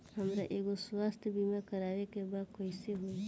हमरा एगो स्वास्थ्य बीमा करवाए के बा कइसे होई?